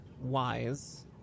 wise